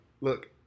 Look